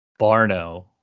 Barno